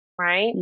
Right